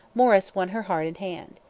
morris won her heart and hand.